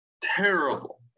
terrible